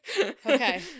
Okay